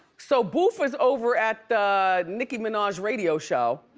so boof is over at the nicki minaj radio show,